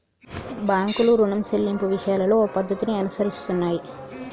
బాంకులు రుణం సెల్లింపు విషయాలలో ఓ పద్ధతిని అనుసరిస్తున్నాయి